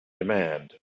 demand